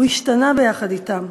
הוא השתנה ביחד אתם,